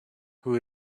who